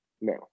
no